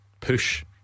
push